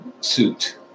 suit